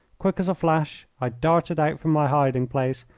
quick as a flash i darted out from my hiding-place,